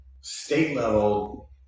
state-level